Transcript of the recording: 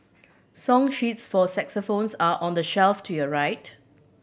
song sheets for xylophones are on the shelf to your right